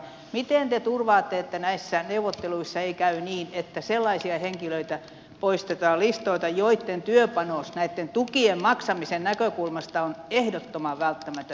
miten te turvaatte että näissä neuvotteluissa ei käy niin että poistetaan listoilta sellaisia henkilöitä joitten työpanos näitten tukien maksamisen näkökulmasta on ehdottoman välttämätön